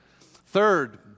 Third